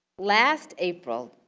last april,